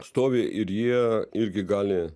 stovi ir jie irgi gali